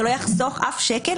זה לא יחסוך אף שקל,